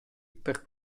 per